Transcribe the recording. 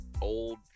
old